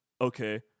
Okay